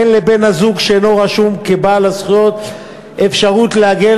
אין לבן-הזוג שאינו רשום כבעל הזכויות אפשרות להגן